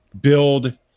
Build